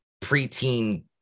preteen